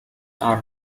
are